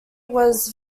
was